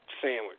sandwich